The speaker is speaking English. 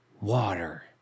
water